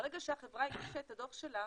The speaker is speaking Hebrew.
ברגע שהחברה הגישה את הדוח שלה,